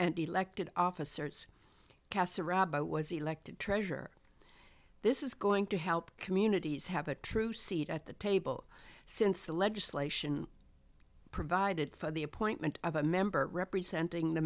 and elected officers kasparov i was elected treasure this is going to help communities have a true seat at the table since the legislation provided for the appointment of a member representing the